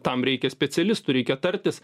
tam reikia specialistų reikia tartis